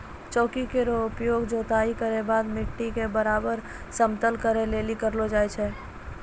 चौकी केरो उपयोग जोताई केरो बाद मिट्टी क बराबर समतल करै लेलि करलो जाय छै